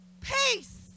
peace